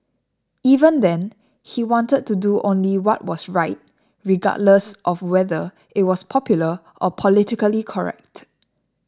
even then he wanted to do only what was right regardless of whether it was popular or politically correct